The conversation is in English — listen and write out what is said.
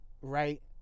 right